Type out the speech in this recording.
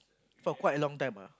for quite a long time ah